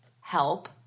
help